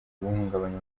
guhungabanya